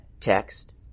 text